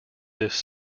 this